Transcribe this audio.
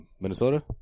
Minnesota